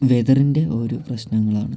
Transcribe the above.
വെതറിൻ്റെ ഓരോ പ്രശ്നങ്ങളാണ്